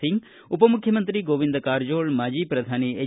ಸಿಂಗ್ ಉಪಮುಖ್ಯಮಂತ್ರಿ ಗೋವಿಂದ ಕಾರಜೋಳ ಮಾಜಿ ಪ್ರಧಾನಿ ಎಚ್